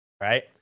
right